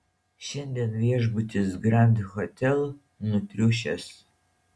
šiandien viešbutis grand hotel nutriušęs